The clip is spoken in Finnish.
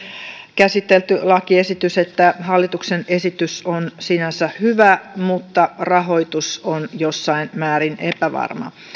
käsitelty lakiesitys hallituksen esitys on sinänsä hyvä mutta rahoitus on jossain määrin epävarma